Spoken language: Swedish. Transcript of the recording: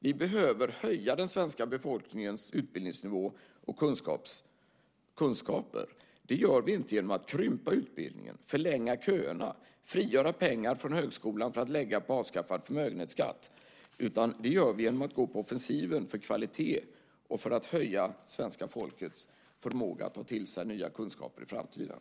Vi behöver höja den svenska befolkningens utbildningsnivå och kunskaper. Det gör vi inte genom att krympa utbildningen, förlänga köerna och frigöra pengar från högskolan för att lägga på avskaffad förmögenhetsskatt. Det gör vi genom att gå på offensiven för kvalitet och för att höja svenska folkets förmåga att ta till sig nya kunskaper i framtiden.